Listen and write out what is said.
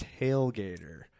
Tailgater